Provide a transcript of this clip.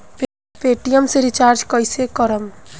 Paytm से recharge कईसे करम?